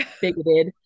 bigoted